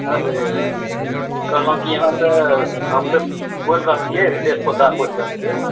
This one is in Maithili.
अरे कहलहुँ कि अहाँसँ हम तऽ बोलि रहल छियै रितेश पोद्दार बोलि रहल छियै